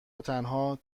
وتنها